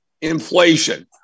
inflation